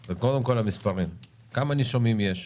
וקודם כול המספרים: כמה נישומים יש?